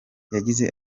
yagize